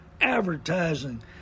Advertising